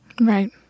Right